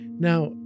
Now